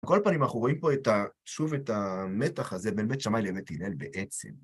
בכל פנים, אנחנו רואים פה את, שוב, את המתח הזה בין בית שמאי לבית הלל בעצם.